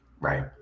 Right